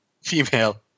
female